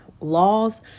laws